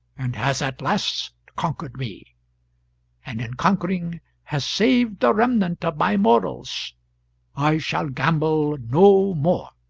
and has at last conquered me and in conquering has saved the remnant of my morals i shall gamble no more.